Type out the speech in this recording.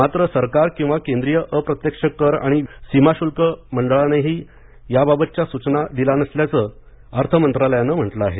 मात्र सरकार किंवा केंद्रीय अप्रत्यक्ष कर आणि सीमाशुल्क मंडळानेही याबाबतच्या सूचना दिल्या नसल्याचं अर्थ मंत्रालयाने म्हटलं आहे